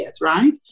right